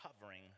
hovering